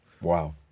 wow